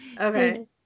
Okay